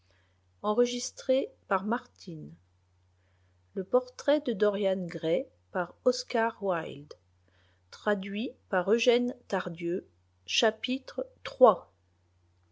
le portrait de dorian gray